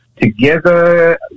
together